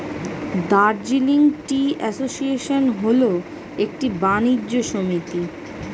Darjeeling tea association হল একটি বাণিজ্য সমিতি